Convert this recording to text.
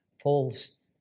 falls